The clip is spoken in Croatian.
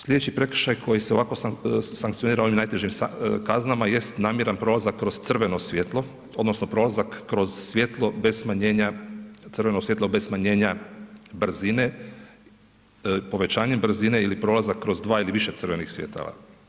Sljedeći prekršaj koji se ovako sankcionira ovim najtežim kaznama jest namjeran prolazak kroz crveno svjetlo, odnosno prolazak kroz svjetlo bez smanjenja, crveno svjetlo bez smanjenja brzine, povećanjem brzine ili prolazak kroz dva ili više crvenih svjetala.